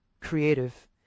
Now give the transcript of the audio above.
creative